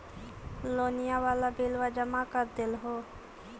लोनिया वाला बिलवा जामा कर देलहो?